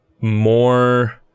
more